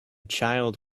child